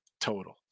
total